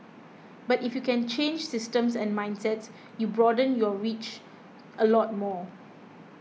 but if you can change systems and mindsets you broaden your reach a lot more